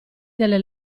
delle